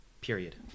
period